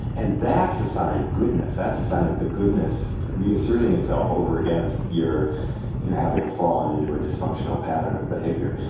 and that's a sign of goodness. that's a sign of the goodness reasserting itself over against your your having fallen into a dysfunctional pattern of behavior.